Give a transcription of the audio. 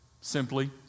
simply